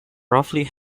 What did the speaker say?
roughly